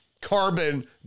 carbon